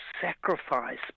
sacrifice